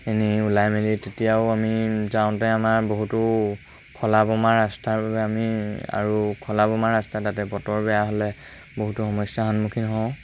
এনেই ওলাই মেলি তেতিয়াও আমি যাওঁতে আমাৰ বহুতো খলা বমা ৰাস্তাৰ বাবে আমি আৰু খলা বমা ৰাস্তা আৰু তাতে বতৰ বেয়া হ'লে বহুতো সমস্যাৰ সন্মুখীন হওঁ